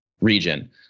region